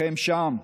לכם שם,